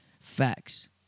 Facts